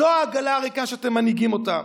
זו העגלה הריקה שאתם מנהיגים אותה.